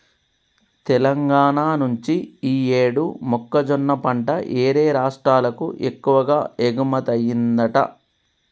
తెలంగాణా నుంచి యీ యేడు మొక్కజొన్న పంట యేరే రాష్టాలకు ఎక్కువగా ఎగుమతయ్యిందంట